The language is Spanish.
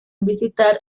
visitar